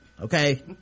okay